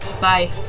Bye